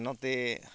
ᱱᱚᱛᱮ